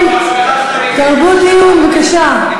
חברים, תרבות דיון בבקשה.